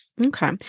Okay